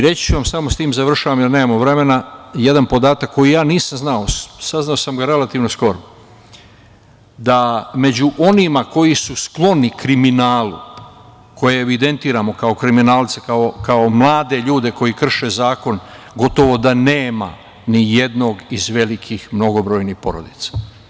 Reći ću vam samo, i sa tim završavam jer nemamo mnogo vremena, jedan podatak koji ja nisam znao, saznao sam ga relativno skoro, da među onima koji su skloni kriminalu, koje evidentiramo kao kriminalce, kao mlade ljude koji krše zakon, gotovo da nema nijednog iz velikih mnogobrojnih porodica.